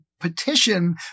petition